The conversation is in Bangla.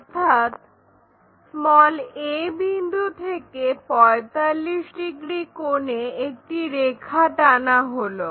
অর্থাৎ a বিন্দু থেকে 45 ডিগ্রি কোণে একটি রেখা টানা হলো